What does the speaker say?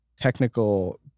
technical